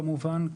כמובן.